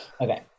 Okay